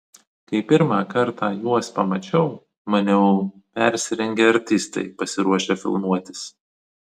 kai pirmą kartą juos pamačiau maniau persirengę artistai pasiruošę filmuotis